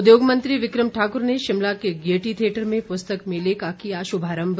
उद्योग मंत्री विक्रम ठाकुर ने शिमला के गेयटी थियेटर में पुस्तक मेले का किया शुभारंभ